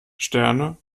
sterne